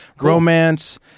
romance